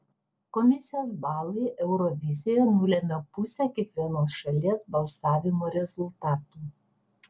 komisijos balai eurovizijoje nulemia pusę kiekvienos šalies balsavimo rezultatų